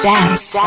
Dance